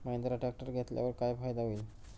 Mahindra tractor घेतल्यावर काय फायदा होईल?